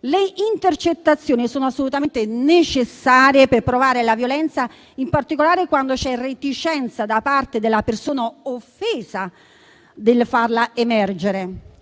Le intercettazioni sono assolutamente necessarie per provare la violenza, in particolare quando c'è reticenza da parte della persona offesa nel farla emergere.